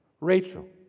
Rachel